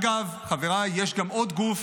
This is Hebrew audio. אגב, חבריי, יש עוד גוף